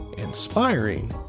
Inspiring